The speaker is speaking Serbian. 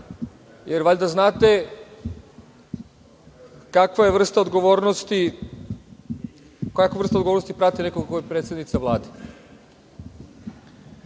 jer valjda znate kakva vrsta odgovornosti prati nekog ko je predsednica Vlade. Kada